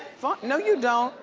no you don't